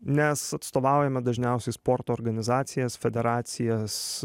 nes atstovaujame dažniausiai sporto organizacijas federacijas